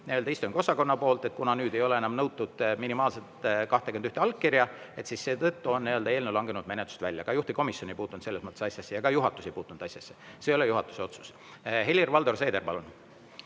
istungiosakonna poolt, et kuna nüüd ei ole nõutud minimaalset 21 allkirja, siis on eelnõu langenud menetlusest välja. Ka juhtivkomisjon ei puutunud selles mõttes asjasse ja ka juhatus ei puutunud asjasse. See ei ole juhatuse otsus. Helir-Valdor Seeder, palun!